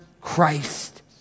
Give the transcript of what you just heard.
Christ